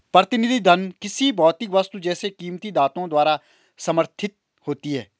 प्रतिनिधि धन किसी भौतिक वस्तु जैसे कीमती धातुओं द्वारा समर्थित होती है